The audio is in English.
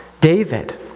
David